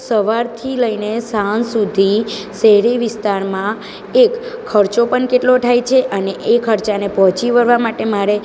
સવારથી લઈને સાંજ સુધી શહેરી વિસ્તારમાં એક ખર્ચો પણ કેટલો થાય છે એ ખર્ચાને પહોંચી વળવા માટે મારે